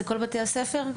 לכל בתי הספר?